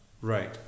Right